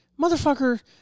motherfucker